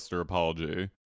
apology